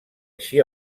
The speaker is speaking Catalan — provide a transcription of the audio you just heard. així